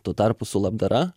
tuo tarpu su labdara